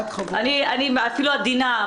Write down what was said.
אני אפילו עדינה.